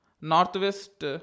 northwest